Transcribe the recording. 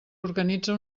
organitza